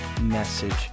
message